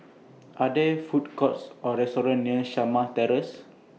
Are There Food Courts Or restaurants near Shamah Terrace